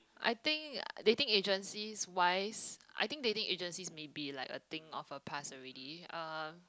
I think dating agencies wise I think dating agencies may be like a thing of a past already um